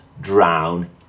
drown